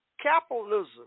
Capitalism